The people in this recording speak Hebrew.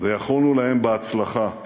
ויכולנו להם בהצלחה.